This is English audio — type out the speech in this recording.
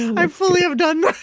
i fully have done